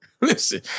Listen